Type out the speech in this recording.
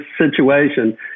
situation